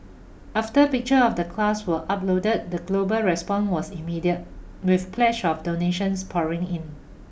after picture of the class were uploaded the global response was immediate with pledges of donations pouring in